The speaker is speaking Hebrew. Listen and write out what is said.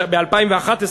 כבר ב-2011,